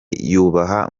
yubaha